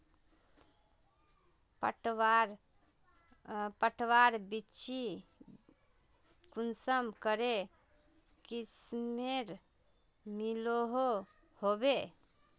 पटवार बिच्ची कुंसम करे किस्मेर मिलोहो होबे?